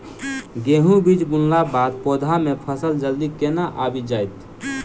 गेंहूँ बीज बुनला बाद पौधा मे फसल जल्दी केना आबि जाइत?